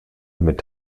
mit